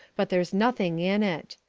but there's nothing in it.